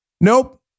Nope